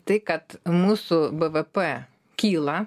tai kad mūsų b v p kyla